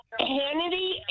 Hannity